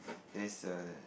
that's a